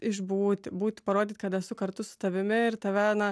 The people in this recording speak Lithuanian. išbūti būt parodyti kad esu kartu su tavimi ir tave na